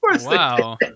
Wow